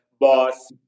boss